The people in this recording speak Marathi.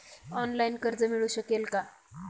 ऑनलाईन कर्ज मिळू शकेल का?